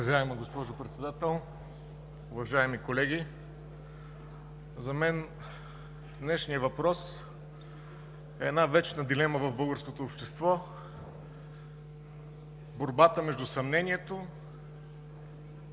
(БДЦ): Уважаема госпожо Председател, уважаеми колеги! За мен днешният въпрос е една вечна дилема в българското общество – борбата между съмнението